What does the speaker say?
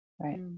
Right